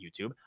YouTube